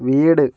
വീട്